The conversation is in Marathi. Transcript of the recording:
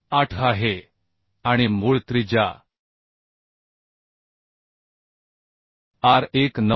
8आहे आणि मूळ त्रिज्या R 1 9